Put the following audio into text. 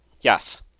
Yes